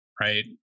right